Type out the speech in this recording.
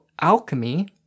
alchemy